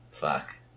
Fuck